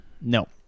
No